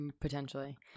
potentially